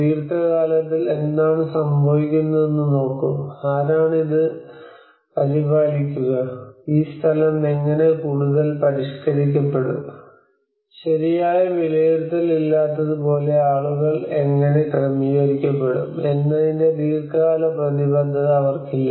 ദീർഘ കാലത്തിൽ എന്താണ് സംഭവിക്കുന്നതെന്ന് നോക്കൂ ആരാണ് ഇത് പരിപാലിക്കുക ഈ സ്ഥലം എങ്ങനെ കൂടുതൽ പരിഷ്കരിക്കപ്പെടും ശരിയായ വിലയിരുത്തൽ ഇല്ലാത്തതുപോലെ ആളുകൾ എങ്ങനെ ക്രമീകരിക്കപ്പെടും എന്നതിന്റെ ദീർഘകാല പ്രതിബദ്ധത അവർക്കില്ല